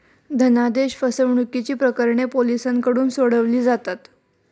धनादेश फसवणुकीची प्रकरणे पोलिसांकडून सोडवली जातात